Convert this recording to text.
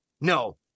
No